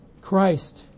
Christ